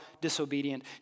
disobedient